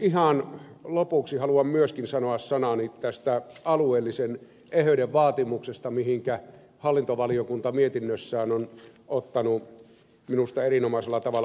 ihan lopuksi haluan myöskin sanoa sanani tästä alueellisen eheyden vaatimuksesta mihinkä hallintovaliokunta mietinnössään on ottanut minusta erinomaisella tavalla kantaa